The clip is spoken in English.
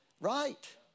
Right